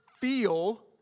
feel